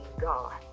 God